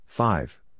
Five